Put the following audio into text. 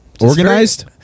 organized